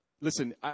Listen